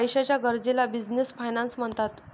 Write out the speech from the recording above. पैशाच्या गरजेला business finance म्हणतात